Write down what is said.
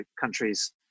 countries